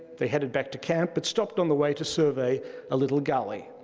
they headed back to camp but stopped on the way to survey a little gully.